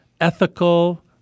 ethical